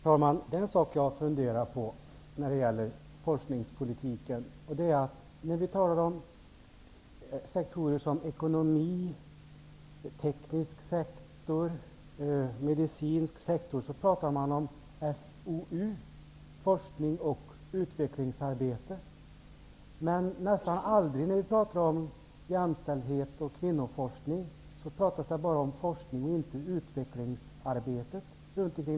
Herr talman! Det är en sak som jag har funderat över när det gäller forskningspolitiken. När vi talar om olika sektorer -- ekonomisk sektor, teknisk sektor och medicinsk sektor -- handlar det ofta om FoU, forsknings och utvecklingsarbete. Men när det gäller jämställdhet och kvinnoforskning talas det bara om forskning och inte om utvecklingsarbete.